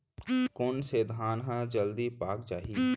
कोन से धान ह जलदी पाक जाही?